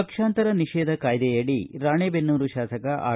ಪಕ್ಷಾಂತರ ನಿಷೇಧ ಕಾಯ್ದೆಯಡಿ ರಾಣೆಬೆನ್ನೂರು ಶಾಸಕ ಆರ್